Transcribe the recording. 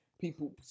people